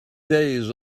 days